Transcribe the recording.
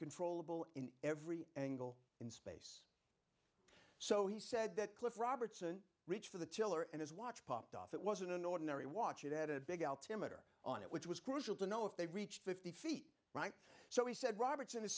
controllable in every angle in so he said that cliff robertson reached for the tiller and his watch popped off it wasn't an ordinary watch it had a big altimeter on it which was crucial to know if they reached fifty feet right so he said robertson i